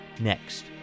next